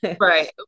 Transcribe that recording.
Right